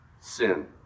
sin